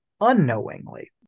unknowingly